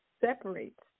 separates